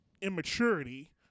immaturity